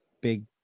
big